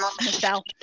Michelle